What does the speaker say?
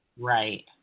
Right